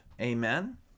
Amen